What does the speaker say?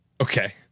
Okay